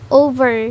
over